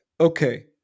okay